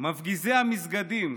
מפגיזי המסגדים,